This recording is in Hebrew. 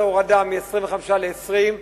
על הורדה מ-25% ל-20%,